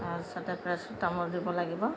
তাৰপিছতে পেৰাচিটামল দিব লাগিব